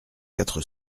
quatre